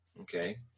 okay